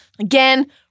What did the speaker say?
Again